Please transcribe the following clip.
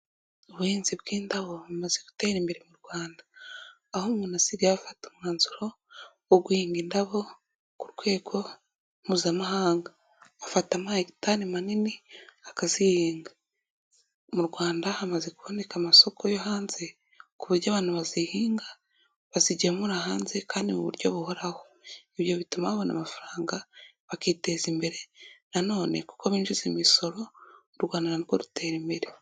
Ubuhinzi bw'indabo bumaze gutera imbere mu rwanda. Aho umuntu asigaye afata umwanzuro wo guhinga indabo ku rwego mpuzamahanga. Afata ama hegitari manini akazihinga. Mu rwanda hamaze kuboneka amasoko yo hanze ku buryo abantu bazihinga bazigemura hanze kandi mu buryo buhoraho. Ibyo bituma babona amafaranga bakiteza imbere na none kuko binjiza imisoro u rwanda na rwo rutera imbere.